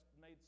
made